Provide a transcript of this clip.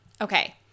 Okay